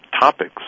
topics